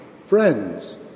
friends